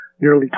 nearly